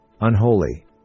unholy